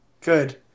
Good